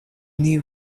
new